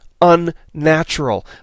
unnatural